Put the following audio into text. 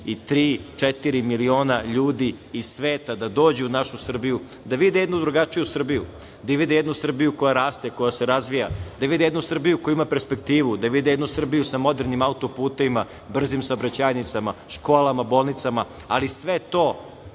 četiri miliona ljudi iz sveta da dođu u našu Srbiju, da vide jednu drugačiju Srbiju, da vide jednu Srbiju koja raste, koja se razvija, da vide jednu Srbiju koja ima perspektivu, da vide jednu Srbiju sa modernim autoputevima, brzim saobraćajnicama, školama, bolnicama, ali sve to